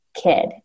kid